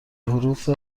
حروف